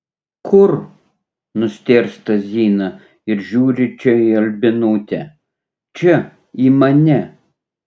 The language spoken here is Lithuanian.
kur nustėrsta zina ir žiūri čia į albinutę čia į mane